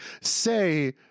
say